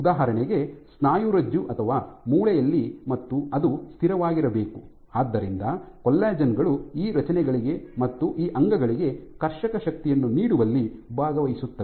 ಉದಾಹರಣೆಗೆ ಸ್ನಾಯುರಜ್ಜು ಅಥವಾ ಮೂಳೆಯಲ್ಲಿ ಮತ್ತು ಅದು ಸ್ಥಿರವಾಗಿರಬೇಕು ಆದ್ದರಿಂದ ಕೊಲಾಜೆನ್ ಗಳು ಈ ರಚನೆಗಳಿಗೆ ಮತ್ತು ಈ ಅಂಗಗಳಿಗೆ ಕರ್ಷಕ ಶಕ್ತಿಯನ್ನು ನೀಡುವಲ್ಲಿ ಭಾಗವಹಿಸುತ್ತವೆ